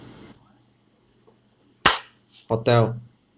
hotel